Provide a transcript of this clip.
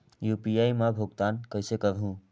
UPI मा भुगतान कइसे करहूं?